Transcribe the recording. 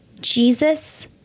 Jesus